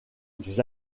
des